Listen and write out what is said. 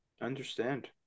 understand